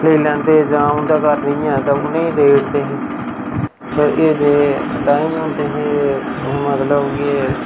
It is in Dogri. लेई लैंदे जां उं'दे घर नेईं ऐ तां उ'नें गी देई ओड़दे हे ते एह् देह् टाईम होंदे हे मतलब के